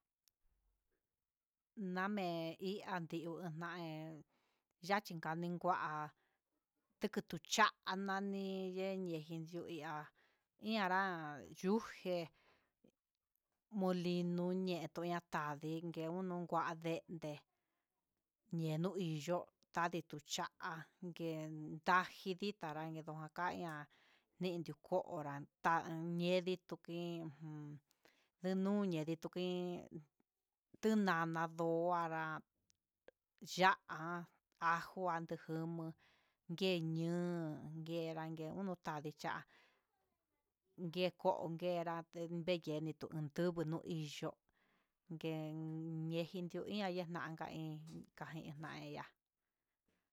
Namen ihan hú enahé yachin kanikua, tuku tu chá nani yee nijen dió ihá iin anran yujé molino ñetp natadinke nuñun nakuá nreke ñenu ni yo'o yani tucha'a yen njati ditá yeni tujaña'a, ninyu ko onráta yendii tuki niñunde nde tukin ñen tu nana ndó anrá, ya'á ajo antigumu ngue ñun nguerangue no tadii ya'á yee konkerate vei keni tuntunrunu yenjindio inñanaka en kajena ian ya'á.